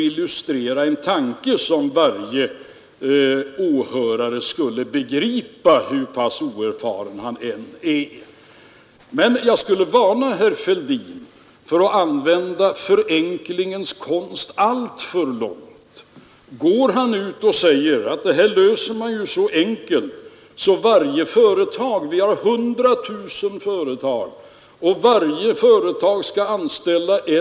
Ni ger ju den icke-initierade åhöraren den föreställningen att ett nytt skattesystem skulle vara förmånligare för den enskilde skattebetalaren, men det kan ju bara bli förmånligare för den enskilde skattebetalaren, om det innebär en skattereduktion för honom.